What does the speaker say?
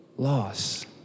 Loss